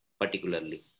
particularly